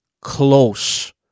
close